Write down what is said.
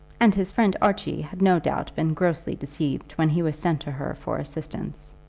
and his friend archie had no doubt been grossly deceived when he was sent to her for assistance.